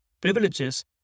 privileges